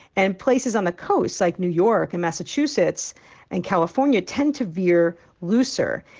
and places on the coasts, like new york and massachusetts and california, tend to veer looser.